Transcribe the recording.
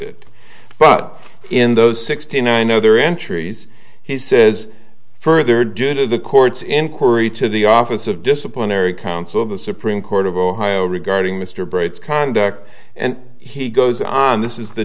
but in those sixty nine other entries he says further due to the court's inquiry to the office of disciplinary counsel of the supreme court of ohio regarding mr braids conduct and he goes on this is the